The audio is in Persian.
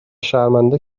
شرمنده